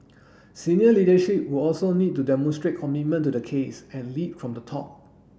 senior leadership will also need to demonstrate commitment to the case and lead from the top